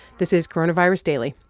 this is coronavirus daily.